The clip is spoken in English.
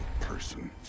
person